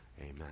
Amen